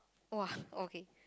!wah! okay